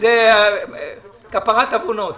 זה כפרת עוונות.